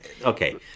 Okay